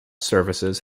services